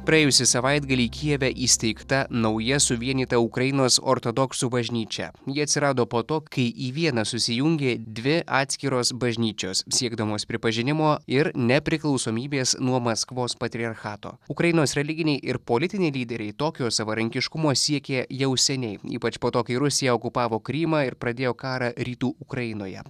praėjusį savaitgalį kijeve įsteigta nauja suvienyta ukrainos ortodoksų bažnyčia ji atsirado po to kai į vieną susijungė dvi atskiros bažnyčios siekdamos pripažinimo ir nepriklausomybės nuo maskvos patriarchato ukrainos religiniai ir politiniai lyderiai tokio savarankiškumo siekė jau seniai ypač po to kai rusija okupavo krymą ir pradėjo karą rytų ukrainoje